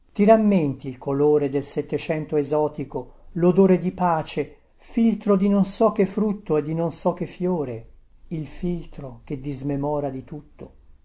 ti rammenti il colore del settecento esotico lodore di pace filtro di non so che frutto e di non so che fiore il filtro che dismemora di tutto